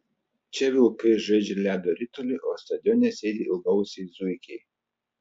čia vilkai žaidžia ledo ritulį o stadione sėdi ilgaausiai zuikiai